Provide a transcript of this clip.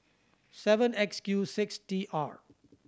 seven X Q six T R